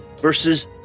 versus